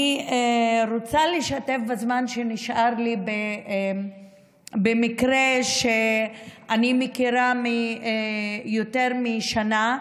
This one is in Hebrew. אני רוצה לשתף בזמן שנשאר לי במקרה שאני מכירה יותר משנה,